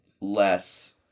less